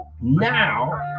now